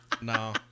No